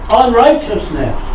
unrighteousness